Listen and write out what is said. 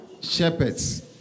shepherds